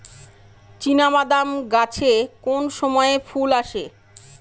চিনাবাদাম গাছে কোন সময়ে ফুল আসে?